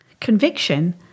conviction